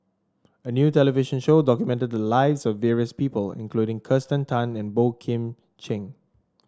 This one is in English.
a new television show documented the lives of various people including Kirsten Tan and Boey Kim Cheng